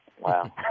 Wow